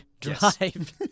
Drive